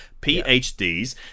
PhDs